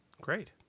Great